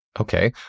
okay